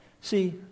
See